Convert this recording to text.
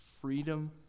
freedom